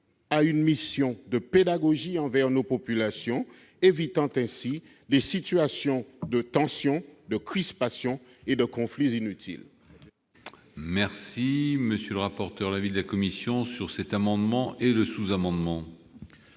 une mission de pédagogie envers nos populations, permettant d'éviter des tensions, des crispations et des conflits inutiles.